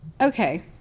Okay